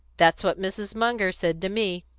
that's what mrs. munger said to me.